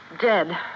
dead